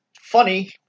funny